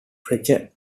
fletcher